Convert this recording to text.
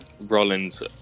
Rollins